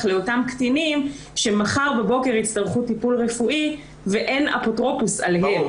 לאותם קטינים שמחר בבוקר יצטרכו טיפול רפואי ואין אפוטרופוס עליהם.